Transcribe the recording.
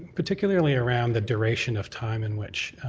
particularly around the duration of time in which